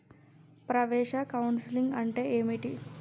ప్రవేశ కౌన్సెలింగ్ అంటే ఏమిటి?